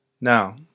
Now